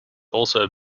also